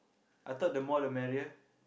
I thought the more the merrier